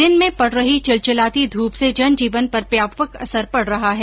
दिन में पड़ रही चिलचिलाती धूप से जनजीवन पर व्यापक असर पड़ रहा है